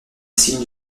signe